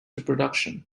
reproduction